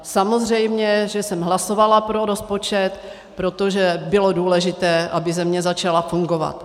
Samozřejmě, že jsem hlasovala pro rozpočet, protože bylo důležité, aby země začala fungovat.